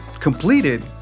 completed